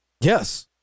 yes